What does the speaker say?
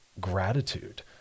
gratitude